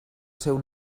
seu